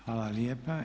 Hvala lijepa.